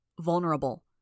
Vulnerable